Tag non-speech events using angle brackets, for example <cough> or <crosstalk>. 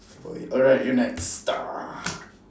boy alright you're next <noise>